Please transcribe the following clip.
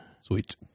Sweet